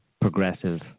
progressive